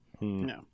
No